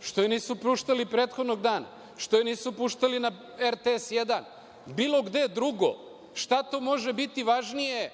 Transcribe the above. Što je nisu puštali prethodnog dana? Što je nisu puštali na RTS 1, bilo gde drugo? Šta to može biti važnije